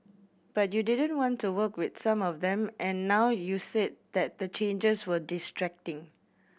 but you didn't want to work with some of them and now you've said that the changes were distracting